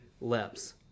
lips